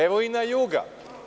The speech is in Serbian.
Evo, i na „juga“